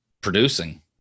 producing